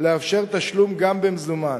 לאפשר תשלום גם במזומן,